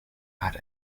bat